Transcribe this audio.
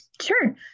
Sure